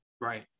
Right